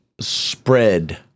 spread